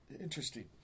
interesting